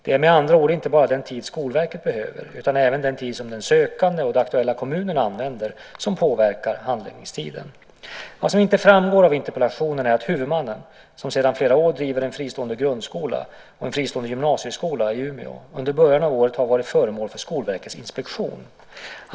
Det är med andra ord inte bara den tid Skolverket behöver, utan även den tid som den sökande och den aktuella kommunen använder, som påverkar handläggningstiden. Vad som inte framgår av interpellationen är att huvudmannen, som sedan flera år driver en fristående grundskola och en fristående gymnasieskola i Umeå, under början av året har varit föremål för Skolverkets inspektion.